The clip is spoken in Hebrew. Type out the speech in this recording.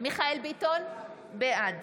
מיכאל מרדכי ביטון, בעד